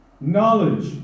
Knowledge